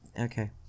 Okay